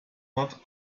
not